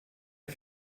for